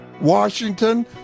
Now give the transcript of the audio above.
Washington